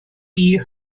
die